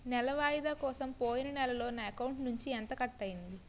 నెల వాయిదా కోసం పోయిన నెలలో నా అకౌంట్ నుండి ఎంత కట్ అయ్యింది?